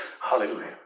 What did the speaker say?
Hallelujah